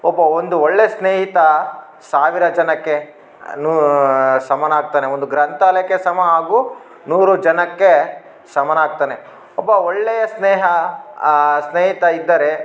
ಒಬ್ಬ ಒಂದು ಒಳ್ಳೆಯ ಸ್ನೇಹಿತ ಸಾವಿರ ಜನಕ್ಕೆ ನೂ ಸಮನಾಗ್ತಾನೆ ಒಂದು ಗ್ರಂಥಾಲಯಕ್ಕೆ ಸಮ ಆಗು ನೂರು ಜನಕ್ಕೆ ಸಮನಾಗ್ತಾನೆ ಒಬ್ಬ ಒಳ್ಳೆಯ ಸ್ನೇಹ ಸ್ನೇಯಿತ ಇದ್ದರೆ